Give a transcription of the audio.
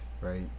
right